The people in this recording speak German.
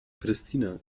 pristina